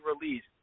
released